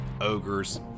ogres